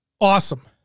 Awesome